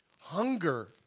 Hunger